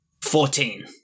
Fourteen